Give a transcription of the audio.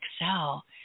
excel